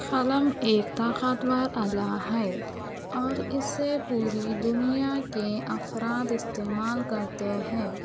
قلم ایک طاقتور آلہ ہے اور اِسے پوری دنیا کے افراد استعمال کرتے ہیں